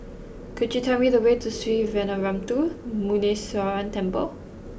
could you tell me the way to Sree Veeramuthu Muneeswaran Temple